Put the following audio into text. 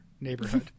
neighborhood